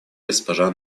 госпожа